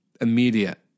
Immediate